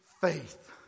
faith